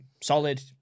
solid